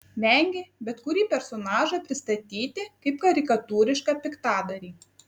vengė bet kurį personažą pristatyti kaip karikatūrišką piktadarį